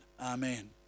amen